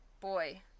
Boy